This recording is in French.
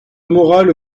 morale